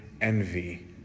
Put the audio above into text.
envy